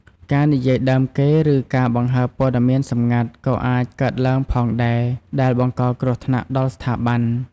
ការនិយាយដើមគេ ឬការបង្ហើបព័ត៌មានសម្ងាត់ក៏អាចកើតឡើងផងដែរ ដែលបង្កគ្រោះថ្នាក់ដល់ស្ថាប័ន។